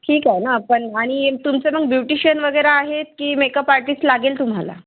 ठीक आहे ना पण आणि तुमचं मग ब्युटिशियन वगैरे आहेत की मेकअप आर्टिस्ट लागेल तुम्हाला